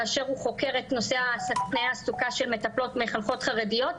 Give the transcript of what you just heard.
כאשר הוא חוקר את נושא תנאי העסקה של מטפלות-מחנכות חרדיות,